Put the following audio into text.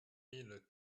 mille